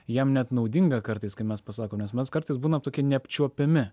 jam net naudinga kartais kai mes pasakom nes mes kartais būnam tokie neapčiuopiami